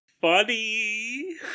funny